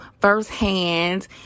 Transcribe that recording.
firsthand